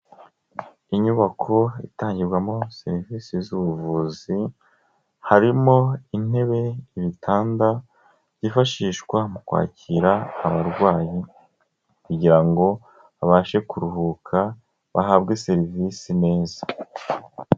Inyubako itangirwamo serivise z'ubuvuzi harimo intebe, ibitanda byifashishwa mu kwakira abarwayi kugira ngo babashe kuruhuka bahabwe serivisi neza.